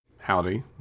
howdy